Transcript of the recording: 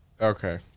Okay